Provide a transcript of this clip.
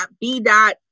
B-Dot